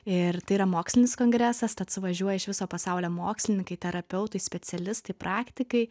ir tai yra mokslinis kongresas tad suvažiuoja iš viso pasaulio mokslininkai terapeutai specialistai praktikai